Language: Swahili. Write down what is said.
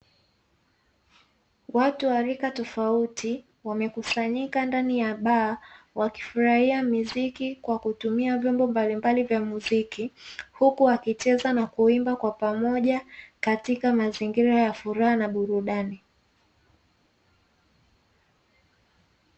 Watu wa rika tofauti wamekusanyika ndani ya baa, wakifurahia miziki kwa kutumia vyombo mbalimbali vya muziki, huku wakicheza na kuimba kwa pamoja katika mazingira ya furaha na burudani.